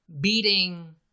beating